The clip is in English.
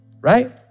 Right